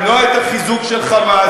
למנוע את החיזוק של "חמאס".